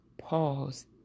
pause